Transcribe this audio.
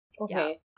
Okay